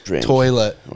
toilet